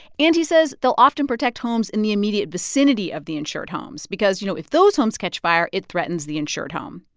and he says they'll often protect homes in the immediate vicinity of the insured homes because, you know, if those homes catch fire, it threatens the insured home.